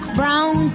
brown